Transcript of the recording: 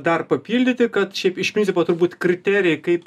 dar papildyti kad šiaip iš principo turbūt kriterijai kaip